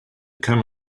come